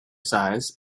size